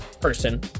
person